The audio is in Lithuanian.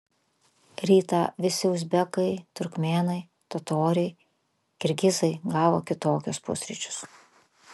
rytą visi uzbekai turkmėnai totoriai kirgizai gavo kitokius pusryčius